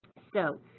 so